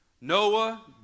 Noah